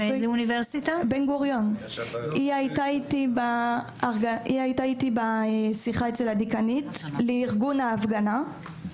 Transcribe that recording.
היא היתה איתי בשיחה אצל הדיקנית לארגון ההפגנה.